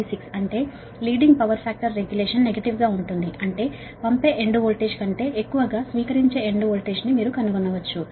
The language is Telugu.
36 అంటే leading power factor regulation negative గా ఉంటుంది అంటే పంపే ఎండ్ వోల్టేజ్ కంటే ఎక్కువగా స్వీకరించే ఎండ్ వోల్టేజ్ను మీరు కనుగొనవచ్చు